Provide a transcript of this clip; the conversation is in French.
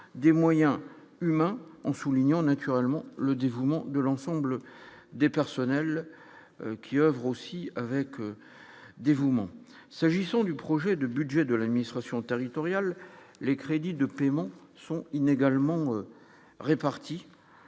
des moyens humains en soulignant naturellement le dévouement de l'ensemble des personnels qui oeuvre aussi avec dévouement ce agissons du projet de budget de l'administration territoriale, les crédits de paiement sont inégalement répartis